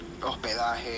hospedaje